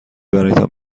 برایتان